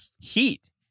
heat